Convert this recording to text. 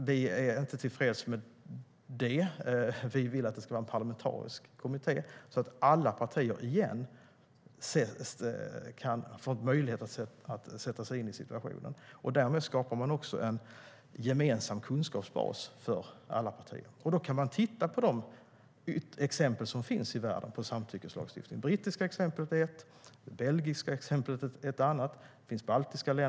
Vi är inte tillfreds med det, utan vi vill ha en parlamentarisk kommitté så att alla partier åter kan få möjlighet att sätta sig in i situationen. Därmed skapar man en gemensam kunskapsbas för alla partier, och man kan då titta på de exempel på samtyckeslagstiftning som finns i världen, till exempel den brittiska och den belgiska.